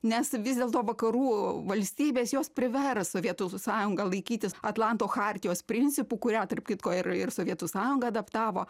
nes vis dėl to vakarų valstybės jos privers sovietų sąjungą laikytis atlanto chartijos principų kurią tarp kitko ir ir sovietų sąjunga adaptavo